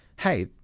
hey